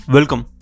Welcome